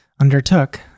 undertook